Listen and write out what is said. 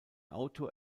autor